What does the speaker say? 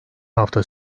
hafta